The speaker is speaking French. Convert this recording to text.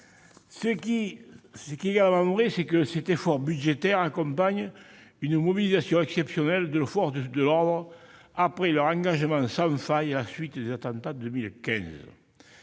Il est vrai que cet effort budgétaire accompagne une mobilisation exceptionnelle de nos forces de l'ordre, après leur engagement sans faille à la suite des attentats de 2015.